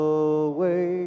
away